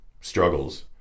struggles